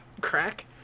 crack